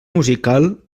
musical